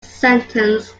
sentence